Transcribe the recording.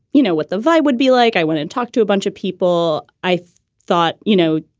you know, what the vibe would be like. i went and talked to a bunch of people. i thought, you know,